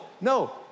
No